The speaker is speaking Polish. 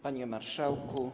Panie Marszałku!